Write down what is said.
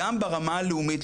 גם ברמה הלאומית,